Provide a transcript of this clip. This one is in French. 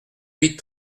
huit